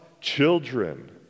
children